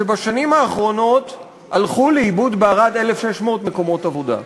שבשנים האחרונות הלכו לאיבוד בערד 1,600 מקומות עבודה.